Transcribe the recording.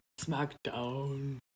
SmackDown